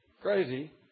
Crazy